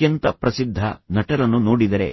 ಅತ್ಯಂತ ಪ್ರಸಿದ್ಧ ನಟರನ್ನು ನೋಡಿದರೆ